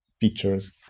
pictures